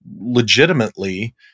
legitimately